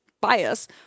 bias